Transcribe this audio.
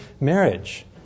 marriage